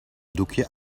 doekje